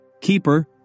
Keeper